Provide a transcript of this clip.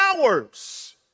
hours